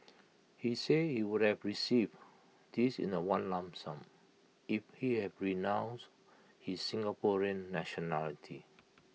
he said he would have received this in one lump sum if he had renounced his Singaporean nationality